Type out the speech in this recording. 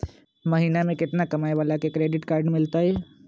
महीना में केतना कमाय वाला के क्रेडिट कार्ड मिलतै?